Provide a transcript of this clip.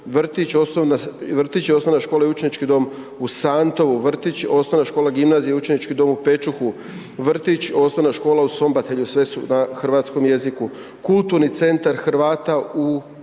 vrtić, osnovna škola i učenički dom, u Santou vrtić, osnovna škola, gimnazija i učenički dom u Pečuhu, vrtić, osnovna škola u Sambotelju, sve su na hrvatskom jeziku. Kulturni centar Hrvata u